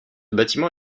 bâtiment